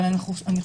אבל אני חושבת